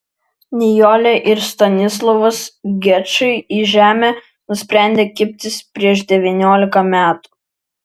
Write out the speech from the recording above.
nijolė ir stanislovas gečai į žemę nusprendė kibtis prieš devyniolika metų